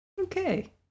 Okay